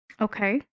Okay